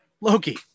loki